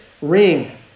ring